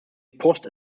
post